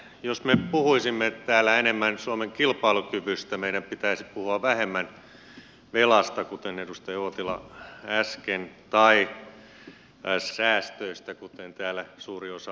jos me puhuisimme täällä enemmän suomen kilpailukyvystä meidän pitäisi puhua vähemmän velasta kuten edustaja uotila äsken tai säästöistä kuten täällä suuri osa on puhunut